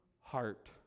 heart